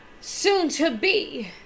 soon-to-be